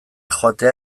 joatea